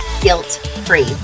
guilt-free